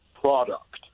product